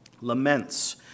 laments